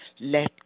let